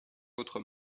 autres